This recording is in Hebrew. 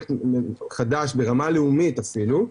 לפרוייקט חדש, ברמה לאומית אפילו.